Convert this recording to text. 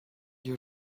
you